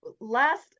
last